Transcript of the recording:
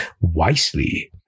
wisely